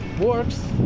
works